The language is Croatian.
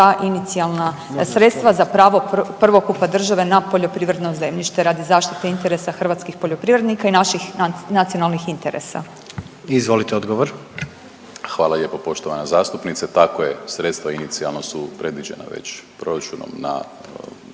inicijalna sredstva za prvo prvokupa države na poljoprivredno zemljište radi zaštite interesa hrvatskih poljoprivrednih i naših nacionalnih interesa? **Jandroković, Gordan (HDZ)** Izvolite odgovor. **Primorac, Marko** Hvala lijepo poštovana zastupnice. Tako je, sredstva inicijalno su predviđena već proračunom na